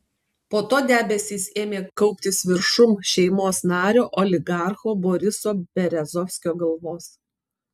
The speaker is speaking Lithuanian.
po to debesys ėmė kauptis viršum šeimos nario oligarcho boriso berezovskio galvos